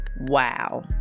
wow